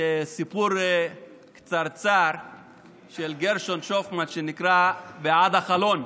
סיפור קצרצר של גרשון שופמן, שנקרא "בעד החלון",